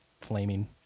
flaming